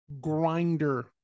grinder